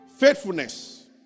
faithfulness